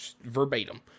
verbatim